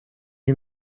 jej